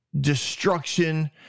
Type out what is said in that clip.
destruction